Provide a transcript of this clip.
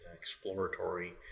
exploratory